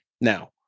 now